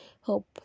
hope